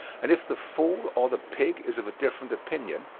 and if the fool or the pig is of a different opinion,